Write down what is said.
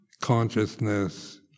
consciousness